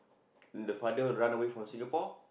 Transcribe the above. the father run away from Singapore